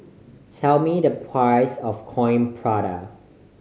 tell me the price of Coin Prata